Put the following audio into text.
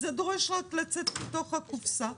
זה דורש רק לצאת מתוך הקופסה.